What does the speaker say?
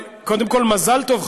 מזל טוב,